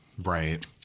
Right